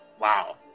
Wow